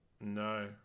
No